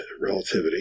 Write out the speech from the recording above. relativity